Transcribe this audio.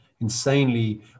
insanely